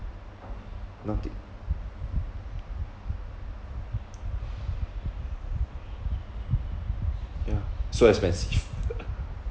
nothing yeah so expensive